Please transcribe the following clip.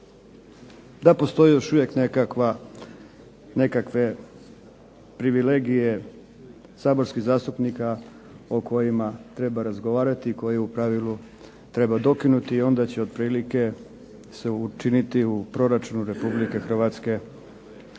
da postoji još uvijek nekakve privilegije saborskih zastupnika o kojima treba razgovarati i koje u pravilu treba dokinuti i onda će otprilike se učiniti u proračunu Republike Hrvatske značajna